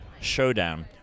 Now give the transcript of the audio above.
Showdown